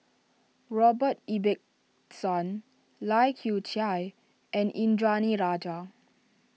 Robert Ibbetson Lai Kew Chai and Indranee Rajah